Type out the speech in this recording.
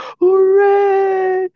hooray